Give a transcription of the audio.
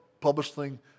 publishing